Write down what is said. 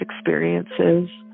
experiences